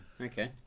Okay